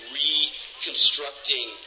reconstructing